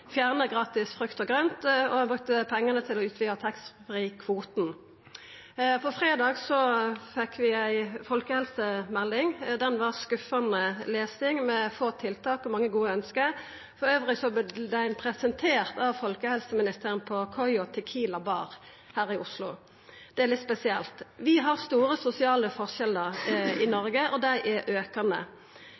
gratis frukt og grønt og bruka pengane til å utvida taxfree-kvoten. På fredag fekk vi ei folkehelsemelding. Det var skuffande lesing, med få tiltak og mange gode ønske. Det vart elles presentert av folkehelseministeren på Coyo tequilabar her i Oslo. Det er litt spesielt. Vi har store sosiale forskjellar i Noreg, og dei er